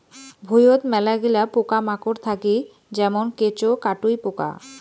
ভুঁইয়ত মেলাগিলা পোকামাকড় থাকি যেমন কেঁচো, কাটুই পোকা